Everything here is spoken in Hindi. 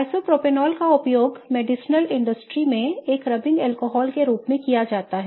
आइसोप्रोपेनॉल का उपयोग औषधीय उद्योग में एक rubbing alcohol के रूप में किया जाता है